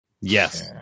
Yes